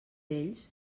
vells